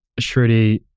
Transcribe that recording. Shruti